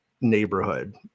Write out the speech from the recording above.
neighborhood